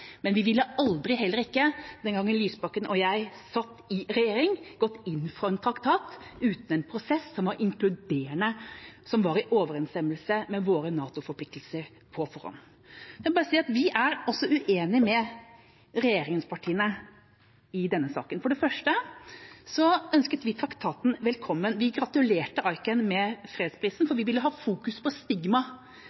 men vi ville aldri, heller ikke den gangen Lysbakken og jeg satt i regjering, gått inn for en traktat uten en prosess som var inkluderende, og som på forhånd var i overenstemmelse med våre NATO-forpliktelser. Vi er altså uenige med regjeringspartiene i denne saken. For det første ønsket vi traktaten velkommen. Vi gratulerte ICAN med fredsprisen,